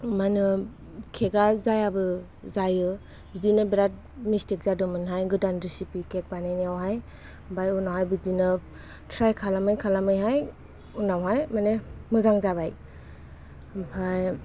मा होनो केका जायाबो जायो बिदिनो बिराद मिसतेक जादोंमोनहाय गोदान रिचिपि केक बानायनायावहाय ओमफ्राय उनावहाय बिदिनो ट्राइ खालामै खालामै उनावहाय माने मोजां जाबाय ओमफ्राय